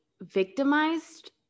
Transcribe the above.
victimized